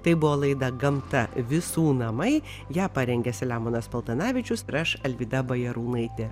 tai buvo laida gamta visų namai ją parengė selemonas paltanavičius ir aš alvyda bajarūnaitė